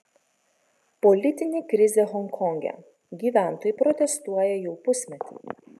politinė krizė honkonge gyventojai protestuoja jau pusmetį